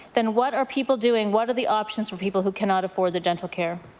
then what are people doing? what are the options for people who cannot afford the dental care?